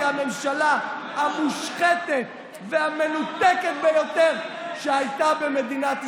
זאת הממשלה המושחתת והמנותקת ביותר שהייתה במדינת ישראל,